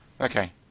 Okay